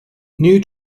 new